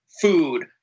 food